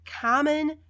common